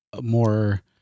more